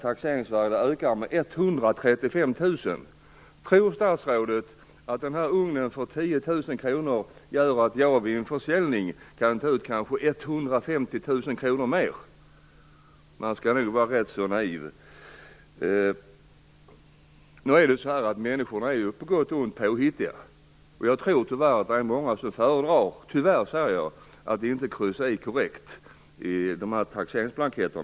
Taxeringsvärdet ökar med Tror statsrådet att en ugn för 10 000 kr gör att jag vid en försäljning kan få ut kanske 150 000 kr mera? Då skall man nog vara rätt så naiv. Människor är ju, på gott och ont, påhittiga. Tyvärr tror jag att många föredrar att inte kryssa för korrekt i sina taxeringsblanketter.